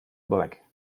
black